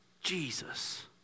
Jesus